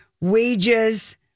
wages